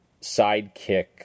sidekick